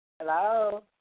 hello